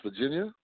Virginia